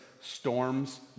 storms